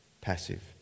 passive